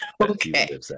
Okay